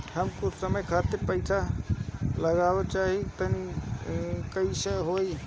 हम कुछ समय खातिर पईसा रखल चाह तानि कइसे होई?